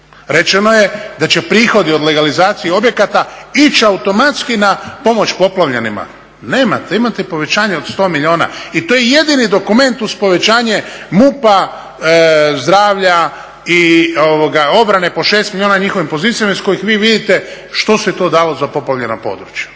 Rečeno je da će prihodi od legalizacije objekata ići automatski na pomoć poplavljenima, nemate. Imate povećanje od 100 milijuna i to je jedini dokument uz povećanje MUP-a, zdravlja i obrane po 6 milijuna njihovim pozicijama iz kojih vi vidite što se to dalo za poplavljena područja.